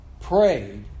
prayed